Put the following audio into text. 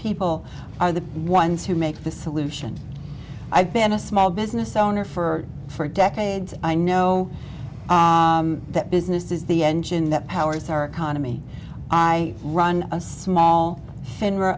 people are the ones who make the solution i've been a small business owner for for decades i know that business is the engine that powers our economy i run a small